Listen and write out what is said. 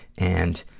and,